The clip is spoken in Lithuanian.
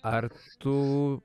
ar tu